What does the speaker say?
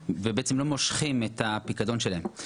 עכשיו מהאנשים האלה,